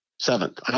Seventh